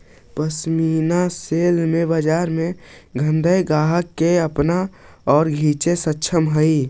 pashmina shawl के बाजार धनाढ्य ग्राहक के अपना ओर खींचे में सक्षम हई